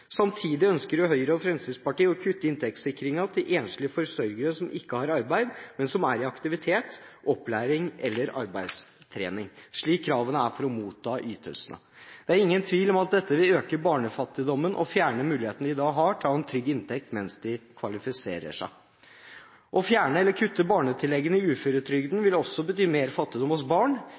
Samtidig ønsker Høyre og Fremskrittspartiet å kutte inntektssikringen til enslige forsørgere som ikke har arbeid, men som er i aktivitet, opplæring eller arbeidstrening, slik kravene er for å motta ytelsene. Det er ingen tvil om at dette vil øke barnefattigdommen og fjerne mulighetene de har til å ha en trygg inntekt mens de kvalifiserer seg. Å fjerne eller kutte barnetilleggene i uføretrygden vil også bety mer fattigdom hos barn.